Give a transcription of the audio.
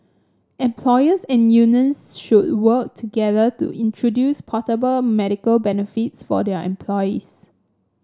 employers and unions should work together to introduce portable medical benefits for their employees